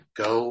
go